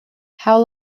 how